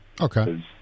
Okay